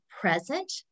present